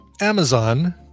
Amazon